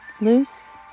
loose